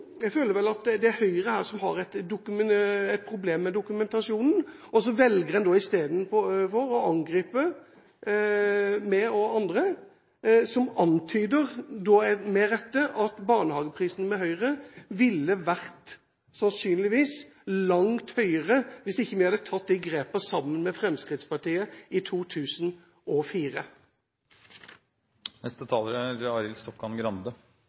Jeg føler at Høyre her har et problem med dokumentasjonen, og så velger en istedenfor å angripe meg og andre som med rette antyder at barnehageprisen med Høyre sannsynligvis ville ha vært langt høyere, hvis ikke vi hadde tatt det grepet sammen med Fremskrittspartiet i 2004.